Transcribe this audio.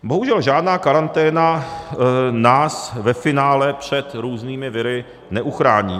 Bohužel žádná karanténa nás ve finále před různými viry neuchrání.